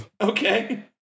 Okay